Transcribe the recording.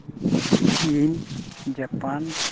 chin Japan